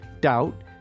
Doubt